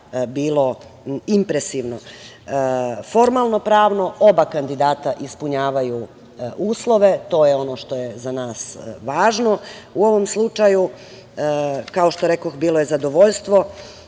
bilo impresivno. Formalno-pravno, oba kandidata ispunjavaju uslove i to je ono što je za nas važno. U ovom slučaju, kao što rekoh, bilo je zadovoljstvo